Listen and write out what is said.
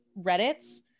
Reddits